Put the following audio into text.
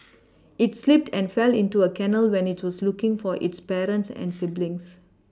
it slipped and fell into a canal when it was looking for its parents and siblings